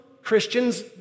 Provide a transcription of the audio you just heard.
Christians